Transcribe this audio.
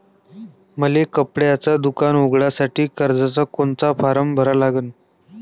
मले कपड्याच दुकान उघडासाठी कर्जाचा कोनचा फारम भरा लागन?